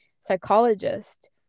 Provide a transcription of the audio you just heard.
psychologist